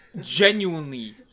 genuinely